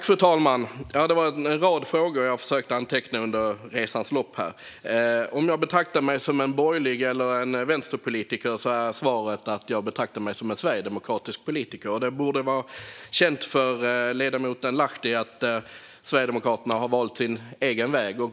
Fru talman! Det var en rad frågor. Jag försökte anteckna under resans gång. På frågan om jag betraktar mig som en borgerlig politiker eller vänsterpolitiker är svaret att jag betraktar mig som en sverigedemokratisk politiker. Det borde vara känt för ledamoten Lahti att Sverigedemokraterna har valt sin egen väg.